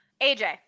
AJ